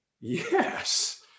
Yes